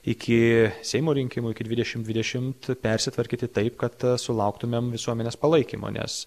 iki seimo rinkimų iki dvidešimt dvidešimt persitvarkyti taip kad sulauktumėm visuomenės palaikymo nes